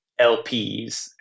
LPs